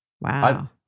Wow